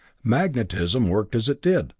magnetism worked as it did,